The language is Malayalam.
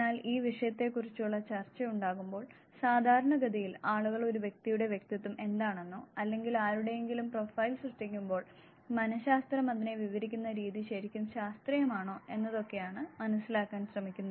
എന്നാൽ ഈ വിഷയത്തെക്കുറിച്ചുള്ള ചർച്ച ഉണ്ടാവുമ്പോൾ സാധാരണഗതിയിൽ ആളുകൾ ഒരു വ്യക്തിയുടെ വ്യക്തിത്വം എന്താണെന്നോ അല്ലെങ്കിൽ ആരുടെയെങ്കിലും പ്രൊഫൈൽ സൃഷ്ടിക്കുമ്പോൾ മനശാസ്ത്രം അതിനെ വിവരിക്കുന്ന രീതി ശരിക്കും ശാസ്ത്രീയമാണോ എന്നതൊക്കെയാണ് മനസ്സിലാക്കാൻ ശ്രമിക്കുന്നത്